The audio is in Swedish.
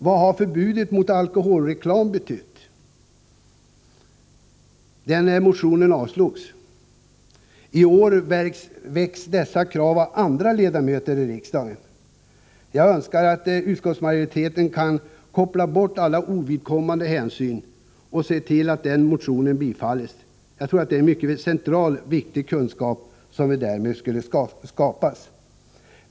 Vad har förbudet mot alkoholreklam betytt? — Den motionen avslogs. I år ställs dessa krav av andra ledamöter av riksdagen. Jag önskar att utskottsmajoriteten kan koppla bort alla ovidkommande hänsyn och se till att den motionen tillstyrks. Jag tror att central och viktig kunskap därmed skulle fås.